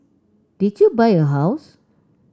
did you buy a house